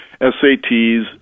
SATs